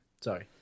Sorry